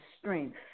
strength